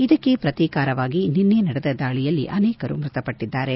ಇದಕ್ಕೆ ಪ್ರತೀಕಾರವಾಗಿ ನಿನ್ನೆ ನಡೆದ ದಾಳಿಯಲ್ಲಿ ಅನೇಕರು ಮೃತಪಟ್ಟದ್ದಾರೆ